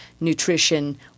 Nutrition